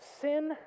sin